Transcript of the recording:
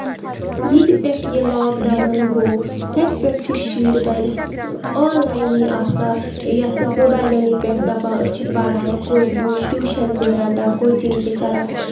ییٚتہِ پٮ۪ٹھ یہِ لوک ڈاوُن گوٚو تَتہِ پٮ۪ٹھ چھِ شُرۍ وۄنۍ آن لینٕے آسان یَتھ موبایلنٕے پٮ۪ٹھ دَپان أسۍ چھِ پران ٹوٗشن تہِ رَٹان کوچِنگ تہِ کران